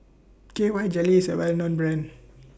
K Y Jelly IS A Well known Brand